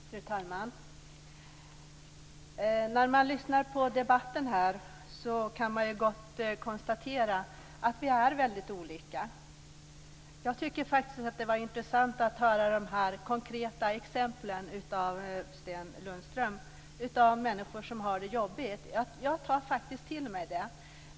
Fru talman! När man lyssnar på debatten här kan man gott konstatera att vi är väldigt olika. Jag tycker faktiskt att det var intressant att höra de konkreta exempel som Sten Lundström gav på människor som har det jobbigt. Jag tar faktiskt till mig dem.